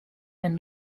and